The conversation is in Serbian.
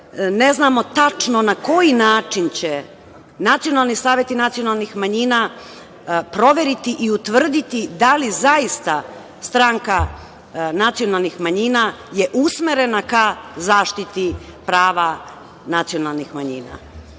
ne znamo tačno na koji način će nacionalni saveti nacionalnih manjina proveriti i utvrditi da li zaista stranka nacionalnih manjina je usmerena ka zaštiti prava nacionalnih manjina,